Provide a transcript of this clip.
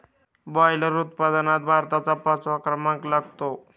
boiler उत्पादनात भारताचा पाचवा क्रमांक लागतो